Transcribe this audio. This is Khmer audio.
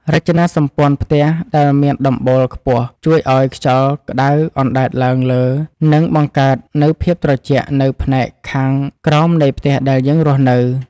រចនាសម្ព័ន្ធផ្ទះដែលមានដំបូលខ្ពស់ជួយឱ្យខ្យល់ក្តៅអណ្ដែតឡើងលើនិងបង្កើតនូវភាពត្រជាក់នៅផ្នែកខាងក្រោមនៃផ្ទះដែលយើងរស់នៅ។